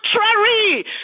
contrary